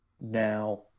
Now